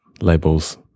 labels